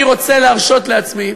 אני רוצה להרשות לעצמי,